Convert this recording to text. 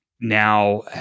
now